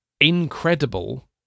incredible